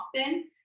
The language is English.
often